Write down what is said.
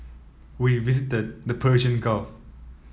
we visited the Persian Gulf